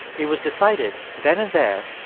it was decided, then and there,